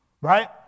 Right